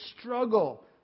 struggle